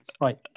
Right